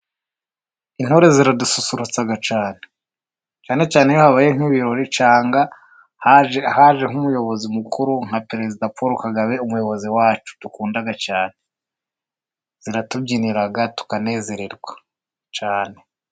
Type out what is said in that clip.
Intore ziradususurutsa cyane, cyane cyane iyo habayeho nk'ibirori cyangwa haje nk'umuyobozi mukuru nka Perezida Paul Kagame, umuyobozi wacu dukunda cyane. Ziratubyinira tukanezererwa cyane.